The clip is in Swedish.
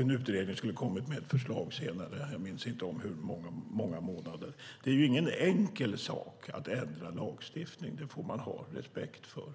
en utredning kommit med ett förslag senare, jag minns inte om hur många månader. Det är ingen enkel sak att ändra lagstiftning. Det får man ha respekt för.